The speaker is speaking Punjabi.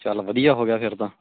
ਚੱਲ ਵਧੀਆ ਹੋ ਗਿਆ ਫਿਰ ਤਾਂ